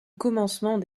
commencement